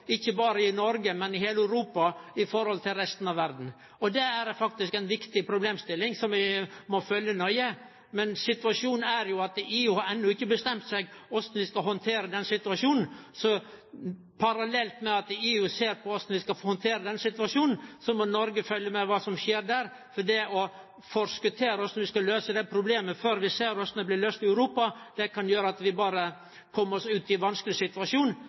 ikkje berre i Noreg, men i heile Europa, i forhold til resten av verda. Det er faktisk ei viktig problemstilling som vi må følgje nøye. Men situasjonen er jo at EU enno ikkje har bestemt seg for korleis dei skal handtere dette. Så parallelt med at EU ser på korleis dei skal handtere det, må Noreg følgje med på kva som skjer der, for det å forskottere korleis vi skal løyse problemet før vi ser korleis det blir løyst i Europa, kan gjere at vi kjem i ein vanskeleg situasjon.